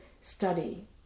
study